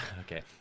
okay